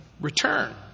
return